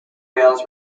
rails